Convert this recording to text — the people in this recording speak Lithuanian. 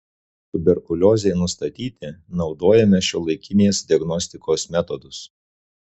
tuberkuliozei nustatyti naudojame šiuolaikinės diagnostikos metodus